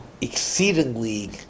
exceedingly